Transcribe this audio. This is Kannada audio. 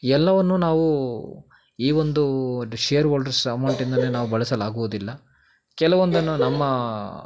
ಎಲ್ಲವನ್ನೂ ನಾವು ಈ ಒಂದು ಷೇರ್ ಓಲ್ಡರ್ಸ್ ಅಮೌಂಟಿಂದಾನೇ ನಾವು ಬಳಸಲಾಗುವುದಿಲ್ಲ ಕೆಲವೊಂದನ್ನು ನಮ್ಮ